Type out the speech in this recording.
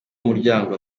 muryango